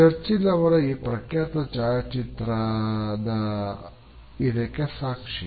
Churchill ಅವರ ಈ ಪ್ರಖ್ಯಾತ ಛಾಯಾಚಿತ್ರದ ಇದಕ್ಕೆ ಸಾಕ್ಷಿ